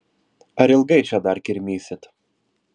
ar ilgai čia dar kirmysit